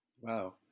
Wow